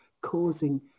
causing